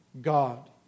God